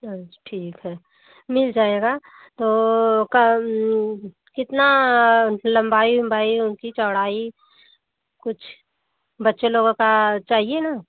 अच्छा ठीक है मिल जाएगा तो काम कितना लम्बाई वम्बाई उनकी चौड़ाई कुछ बच्चे लोगों का चाहिए न